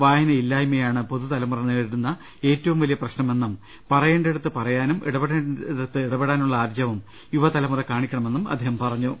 വായനയില്ലായ്മയാണ് പുതുതലമുറ നേരിടുന്ന ഏറ്റവും വലിയ പ്രശ്നമെന്നും പറയേണ്ടിടത്ത് പറയാനും ഇടപെടേണ്ടിടത്ത് ഇടപെടാനുള്ള ആർജ്ജവം യുവതലമുറ കാണിക്കണമെന്നും അദ്ദേഹം പറഞ്ഞു